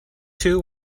two